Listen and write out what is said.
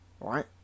right